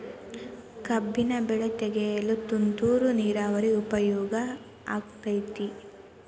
ಕಬ್ಬಿನ ಬೆಳೆ ತೆಗೆಯಲು ತುಂತುರು ನೇರಾವರಿ ಉಪಯೋಗ ಆಕ್ಕೆತ್ತಿ?